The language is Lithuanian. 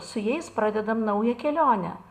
su jais pradedam naują kelionę